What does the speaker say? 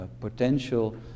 potential